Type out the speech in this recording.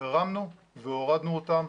הרמנו והורדנו אותם